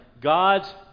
God's